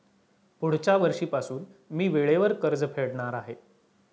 पुढच्या वर्षीपासून मी वेळेवर कर्ज फेडणार आहे